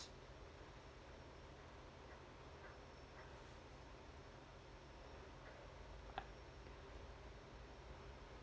uh